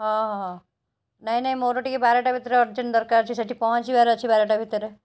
ହଁ ହଁ ନାହିଁ ନାହିଁ ମୋର ଟିକେ ବାରଟା ଭିତରେ ଅର୍ଜେଣ୍ଟ ଦରକାର ଅଛି ସେଇଠି ପହଁଞ୍ଚିବାର ଅଛି ବାରଟା ଭିତରେ